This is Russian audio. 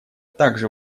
также